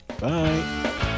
Bye